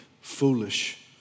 foolish